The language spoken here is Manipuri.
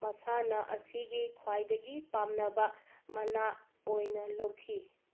ꯃꯁꯥꯟꯅ ꯑꯁꯤꯒꯤ ꯈ꯭ꯋꯥꯏꯗꯒꯤ ꯄꯥꯝꯅꯕ ꯃꯅꯥ ꯑꯣꯏꯅ ꯂꯧꯈꯤ